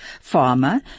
farmer